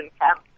Camp